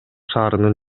шаарынын